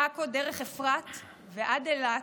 מעכו דרך אפרת ועד אילת,